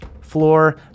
floor